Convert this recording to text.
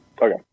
Okay